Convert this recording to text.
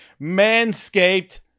Manscaped